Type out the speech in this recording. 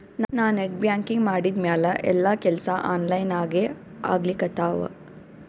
ನಾ net banking ಮಾಡಿದ್ಮ್ಯಾಲ ಎಲ್ಲಾ ಕೆಲ್ಸಾ ಆನ್ಲೈನಾಗೇ ಆಗ್ಲಿಕತ್ತಾವ